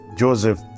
Joseph